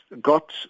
got